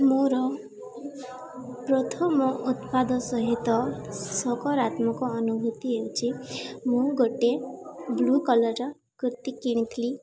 ମୋର ପ୍ରଥମ ଉତ୍ପାଦ ସହିତ ସକରାତ୍ମକ ଅନୁଭୂତି ହେଉଛି ମୁଁ ଗୋଟେ ବ୍ଲୁ କଲର୍ର କୁର୍ତ୍ତୀ କିଣିଥିଲି